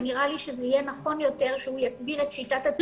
ונראה לי שזה יהיה נכון יותר שהוא יסביר את שיטת התקצוב.